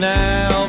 now